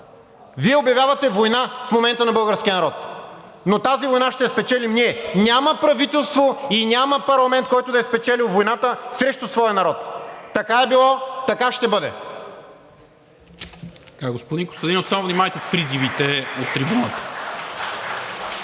Вие обявявате война в момента на българския народ, но тази война ще я спечелим ние. Няма правителство и няма парламент, който да е спечелил войната срещу своя народ. Така е било, така ще бъде.